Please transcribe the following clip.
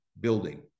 building